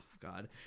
god